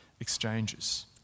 exchanges